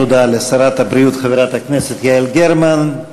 תודה לשרת הבריאות חברת הכנסת יעל גרמן,